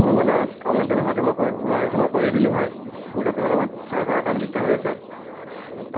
মোৰ মানে online payment হোৱাটো মই কৰি হোৱাহেঁতেনটো মই কৰিয়ে দিলো হয় মোৰ তাতো অলপমান চাৰভাৰৰ কাৰণে দিগদাৰ হৈ আছে